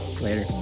Later